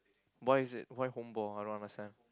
why is it why homeball I don't understand